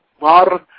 Mar